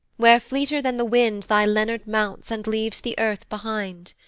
where fleeter than the wind thy leonard mounts, and leaves the earth behind.